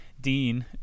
dean